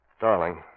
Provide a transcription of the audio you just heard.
Darling